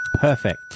Perfect